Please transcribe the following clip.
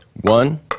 One